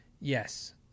yes